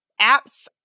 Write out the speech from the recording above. apps